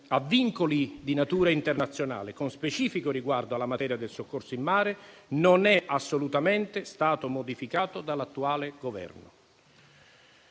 a vincoli di natura internazionale con specifico riguardo alla materia del soccorso in mare, non è assolutamente stato modificato dall'attuale Governo.